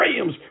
Rams